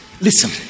Listen